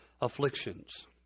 afflictions